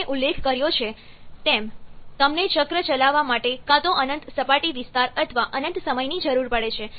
મેં ઉલ્લેખ કર્યો છે તેમ તેમને ચક્ર ચલાવવા માટે કાં તો અનંત સપાટી વિસ્તાર અથવા અનંત સમયની જરૂર પડે છે